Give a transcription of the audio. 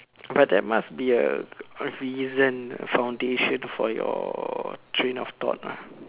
but there must be a reason a foundation for your train of thought lah